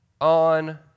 on